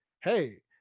Hey